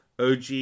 OG